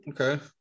Okay